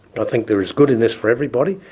i think there is good in this for everybody.